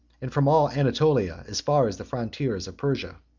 and from all anatolia as far as the frontiers of persia.